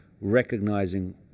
recognizing